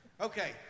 Okay